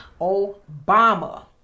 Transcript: Obama